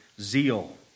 zeal